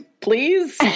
please